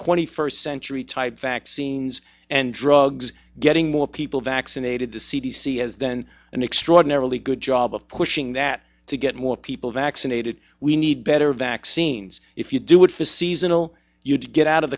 twenty first century type vaccines and drugs getting more people vaccinated the c d c has been an extraordinarily good job of pushing that to get more people vaccinated we need better vaccines if you do it for seasonal you'd get out of